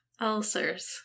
ulcers